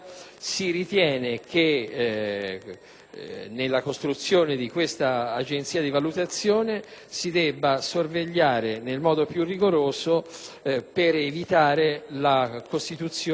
nella costruzione di questa agenzia di valutazione, si debba sorvegliare nel modo più rigoroso per evitare la costituzione di conflitti di interesse.